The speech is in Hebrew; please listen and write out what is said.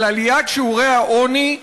על עליית שיעורי העוני,